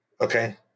Okay